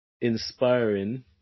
inspiring